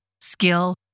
skill